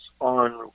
on